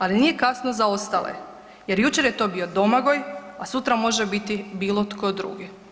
Ali nije kasno za ostale, jer jučer je to bio Domagoj, a sutra može biti bilo tko drugi.